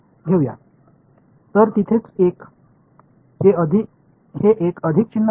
तर तिथेच हे एक अधिक चिन्ह होते